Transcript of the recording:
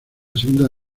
segunda